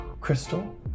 Crystal